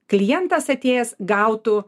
klientas atėjęs gautų